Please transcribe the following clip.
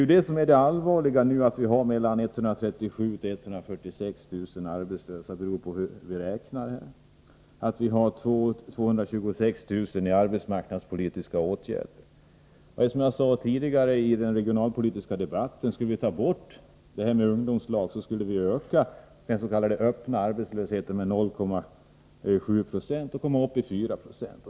Det allvarliga är att vi nu har mellan 137 000 och 146 000 arbetslösa beroende på hur vi räknar. Samtidigt har vi 226 000 människor i arbetsmarknadspolitiska åtgärder. Skulle vi, som jag sade tidigare i den regionalpolitiska debatten, ta bort ungdomslagen, skulle vi öka den s.k. öppna arbetslösheten med 0,7 26 och komma upp i 4 96.